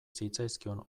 zitzaizkion